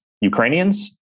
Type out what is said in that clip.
Ukrainians